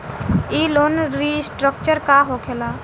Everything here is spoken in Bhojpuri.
ई लोन रीस्ट्रक्चर का होखे ला?